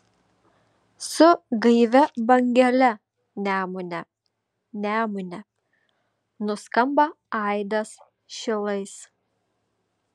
su gaivia bangele nemune nemune nuskamba aidas šilais